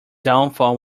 downfall